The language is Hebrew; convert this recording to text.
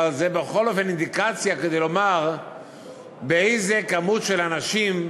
אבל זה בכל אופן אינדיקציה כדי לומר איזו כמות של אנשים,